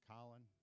Colin